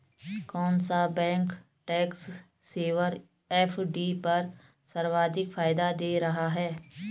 कौन सा bank tax saver FD पर सर्वाधिक फायदा दे रहा है?